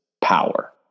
power